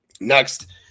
next